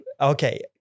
Okay